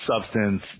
substance